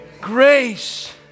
Grace